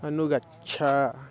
अनुगच्छ